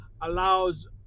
allows